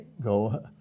go